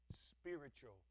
spiritual